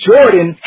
Jordan